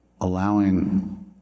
allowing